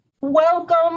Welcome